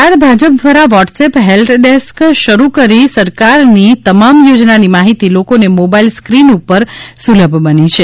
ગુજરાત ભાજપ દ્વારા WhatsApp help desk શરૂ કરી સરકારની તમામ યોજનાની માહિતી લોકોને મોબાઇલ સ્ક્રીન ઉપર સુલભ બનાવી છે